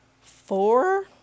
four